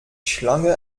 schlange